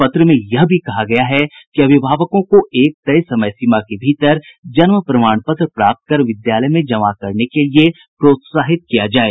पत्र में यह भी कहा गया है कि अभिभावकों को एक तय समय सीमा के भीतर जन्म प्रमाण पत्र प्राप्त कर विद्यालय में जमा करने के लिए प्रोत्साहित किया जाये